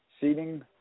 Seating